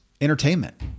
entertainment